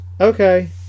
Okay